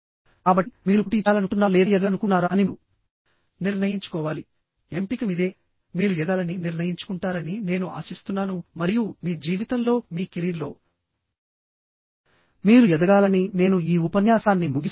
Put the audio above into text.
కాబట్టి మీరు పోటీ చేయాలనుకుంటున్నారా లేదా ఎదగాలనుకుంటున్నారా అని మీరు నిర్ణయించుకోవాలిఎంపిక మీదేమీరు ఎదగాలని నిర్ణయించుకుంటారని నేను ఆశిస్తున్నాను మరియు మీ జీవితంలో మీ కెరీర్లో మీరు ఎదగాలని నేను ఈ ఉపన్యాసాన్ని ముగిస్తున్నాను